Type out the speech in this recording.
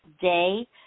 day